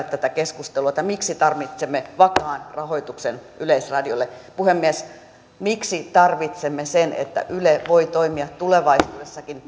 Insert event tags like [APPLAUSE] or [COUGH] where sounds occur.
[UNINTELLIGIBLE] tätä keskustelua miksi tarvitsemme vakaan rahoituksen yleisradiolle puhemies miksi tarvitsemme sen että yle voi toimia tulevaisuudessakin